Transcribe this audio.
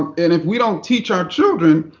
and if we don't teach our children,